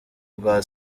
rwa